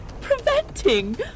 Preventing